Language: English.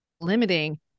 limiting